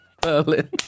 Berlin